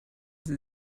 sie